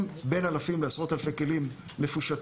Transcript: בין אלפים לעשרות אלפי כלים מפושטים,